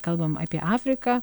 kalbam apie afriką